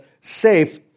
safe